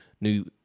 new